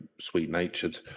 sweet-natured